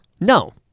No